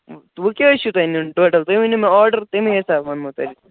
تہٕ وۅنۍ کیٛاہ حظ چھُو تۄہہِ نِیُن ٹوٹَل تُہۍ ؤنِو مےٚ آرڈَر تَمی حِساب ونہٕ ہو تۄہہِ